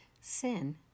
Sin